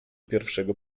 pierwszego